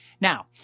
Now